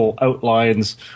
outlines